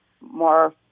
more